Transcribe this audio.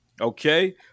okay